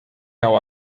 how